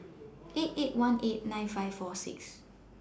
eight eight one eight nine five four six